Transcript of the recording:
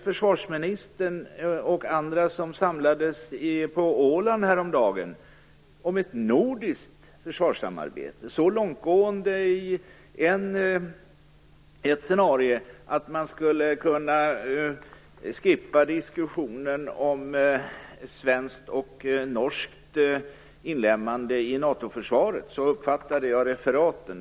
Försvarsministern och andra som samlades på Åland häromdagen talade om ett nordiskt försvarssamarbete, som i ett scenario är så långtgående att man skulle kunna slopa diskussionen om svenskt och norskt inlemmande i NATO-försvaret. Så uppfattade jag referaten.